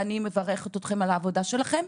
ואני מברכת אתכם על העבודה שלכם.